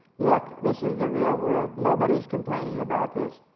look, this is the real world, nobody's complaining about this.